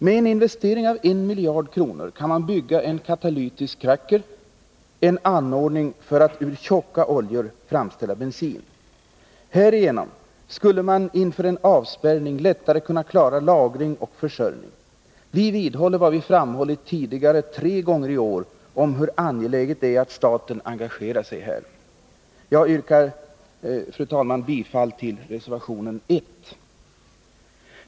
Med en investering på en miljard kronor kan man bygga en katalytisk kracker, en anordning för att ur tjocka oljor framställa bensin. Härigenom skulle man inför en avspärrning lättare kunna klara lagring och försörjning. Vi vidhåller vad vi har framhållit tre gånger tidigare i år, att det är angeläget att staten engagerar sig här. Jag yrkar bifall till reservation 1.